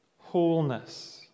wholeness